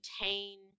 maintain